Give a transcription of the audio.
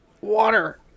Water